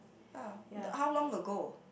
ah how long ago